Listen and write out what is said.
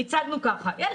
אני הייתי מרצה.